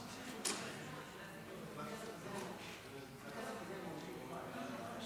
של חברת הכנסת לימור סון הר מלך,